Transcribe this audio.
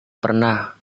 pernah